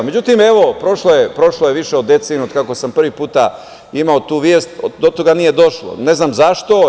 Međutim, evo, prošlo je više od decenije od kako sam prvi put imao tu vest, do toga nije došlo, ne znam zašto.